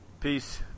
Peace